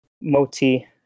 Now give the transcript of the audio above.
Moti